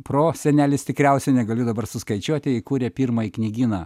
prosenelis tikriausiai negaliu dabar suskaičiuoti įkūrė pirmąjį knygyną